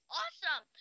awesome